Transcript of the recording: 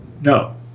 No